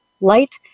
light